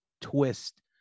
twist